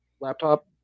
laptop